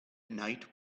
night